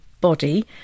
body